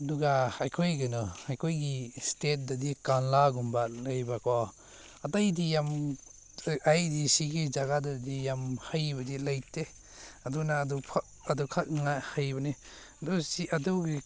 ꯑꯗꯨꯒ ꯑꯩꯈꯣꯏ ꯀꯩꯅꯣ ꯑꯩꯈꯣꯏꯒꯤ ꯏꯁꯇꯦꯠꯇꯗꯤ ꯀꯪꯂꯥꯒꯨꯝꯕ ꯂꯩꯕꯀꯣ ꯑꯇꯩꯗꯤ ꯌꯥꯝ ꯑꯩꯗꯤ ꯁꯤꯒꯤ ꯖꯒꯥꯗꯗꯤ ꯌꯥꯝ ꯍꯩꯕꯗꯤ ꯂꯩꯇꯦ ꯑꯗꯨꯅ ꯑꯗꯨꯈꯛ ꯑꯗꯨꯈꯛꯅ ꯍꯩꯕꯅꯤ ꯑꯗꯨ ꯁꯤ ꯑꯗꯨꯒꯤ